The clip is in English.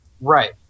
Right